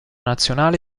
nazionale